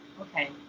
Okay